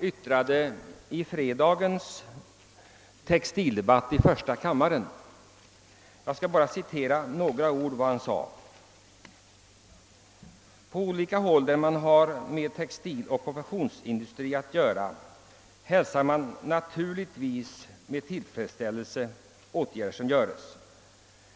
yttrade i debatten i denna fråga den 9 maj i första kammaren: »På olika håll där man har med textiloch konfektionsindustri att göra hälsar man naturligtvis detta med tillfredsställelse.